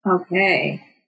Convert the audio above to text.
Okay